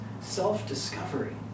self-discovery